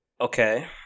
Okay